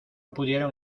pudieron